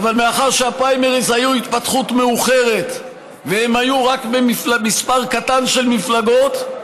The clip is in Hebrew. אך מאחר שהפריימריז היו התפתחות מאוחרת והם היו רק במספר קטן של מפלגות,